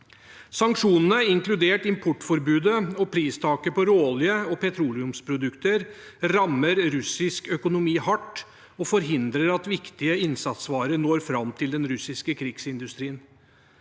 Sanksjonene, inkludert importforbudet og pristaket på råolje og petroleumsprodukter, rammer russisk økonomi hardt og forhindrer at viktige innsatsvarer når fram til den russiske krigsindustrien.